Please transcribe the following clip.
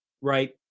right